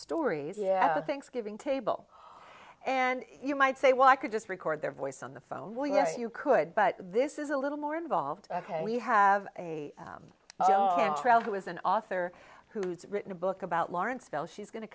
stories yeah thanksgiving table and you might say well i could just record their voice on the phone well yes you could but this is a little more involved we have a trail who is an author who's written a book about lawrenceville she's going to